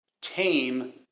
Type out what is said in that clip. tame